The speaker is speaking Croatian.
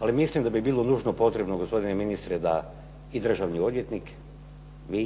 Ali mislim da bi bilo nužno potrebno gospodine ministre da i državni odvjetnik, mi,